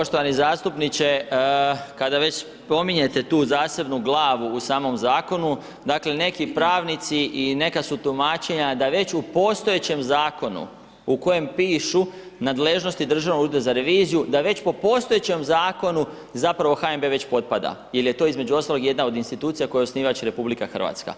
Poštovani zastupniče, kada već spominjete tu zasebnu glavu u samom zakonu, dakle neki pravnici i neka su tumačenja da već u postojećem zakonu u kojem pišu nadležnosti Državnog ureda za reviziju da već po postojećem zakonu zapravo HNB već potpada jer je to između ostalog jedna od institucija kojoj je osnivač RH.